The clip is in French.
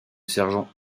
sergent